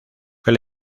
fue